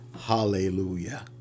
Hallelujah